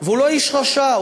הוא לא איש רשע,